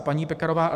Paní Pekarová